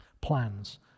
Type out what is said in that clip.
plans